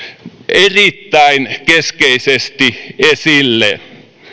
erittäin keskeisesti esille